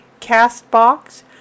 Castbox